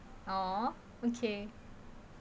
oh okay